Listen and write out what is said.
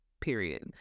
period